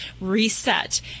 reset